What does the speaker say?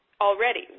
already